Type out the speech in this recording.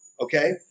okay